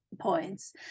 Points